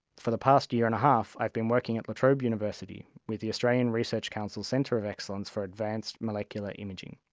for the past year and a half i've been working at la trobe university with the australian research council's centre of excellence for advanced molecular imaging.